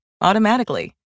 automatically